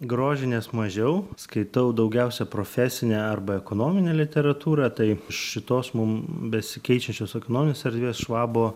grožinės mažiau skaitau daugiausia profesinę arba ekonominę literatūrą tai šitos mum besikeičiančios ekonominės erdvės švabo